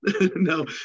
No